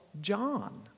John